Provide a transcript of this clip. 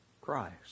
Christ